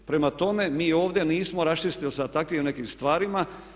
Prema tome, mi ovdje nismo raščistili sa takvim nekim stvarima.